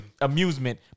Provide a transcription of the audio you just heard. amusement